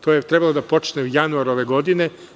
To je trebalo da počne u januaru ove godine.